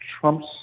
Trump's